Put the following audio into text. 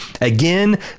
Again